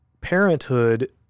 parenthood